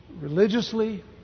religiously